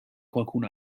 qualcun